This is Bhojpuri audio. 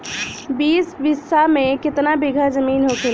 बीस बिस्सा में कितना बिघा जमीन होखेला?